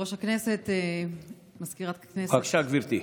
יושב-ראש הכנסת, מזכירת הכנסת, בבקשה, גברתי.